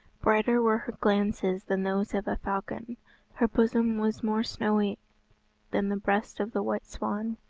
brighter were her glances than those of a falcon her bosom was more snowy than the breast of the white swan,